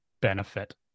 benefit